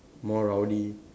more rowdy